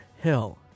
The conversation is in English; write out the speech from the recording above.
Hill